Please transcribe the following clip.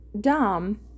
dom